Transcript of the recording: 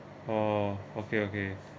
oh okay okay